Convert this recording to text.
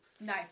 no